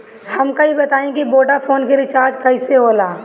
हमका ई बताई कि वोडाफोन के रिचार्ज कईसे होला?